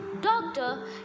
Doctor